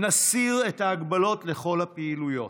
נסיר את ההגבלות לכל הפעילויות.